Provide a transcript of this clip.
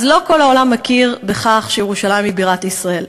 אז לא כל העולם מכיר בכך שירושלים היא בירת ישראל.